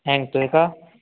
hang होतो आहे का